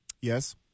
Yes